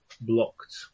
blocked